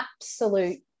absolute